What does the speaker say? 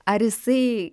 ar jisai